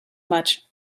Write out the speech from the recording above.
much